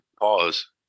Pause